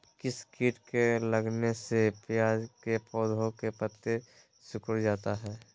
किस किट के लगने से प्याज के पौधे के पत्ते सिकुड़ जाता है?